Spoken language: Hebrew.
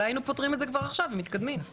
אולי היינו פותרים את הבעיות ומתקדמים.